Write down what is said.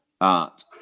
art